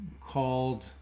called